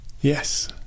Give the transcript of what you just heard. Yes